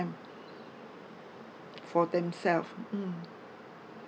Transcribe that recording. for themselves mm